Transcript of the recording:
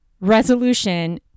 resolution